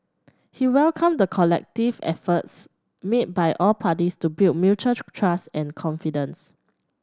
he welcomed the collective efforts made by all parties to build mutual trust and confidence